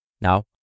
Now